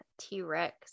t-rex